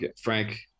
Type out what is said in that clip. Frank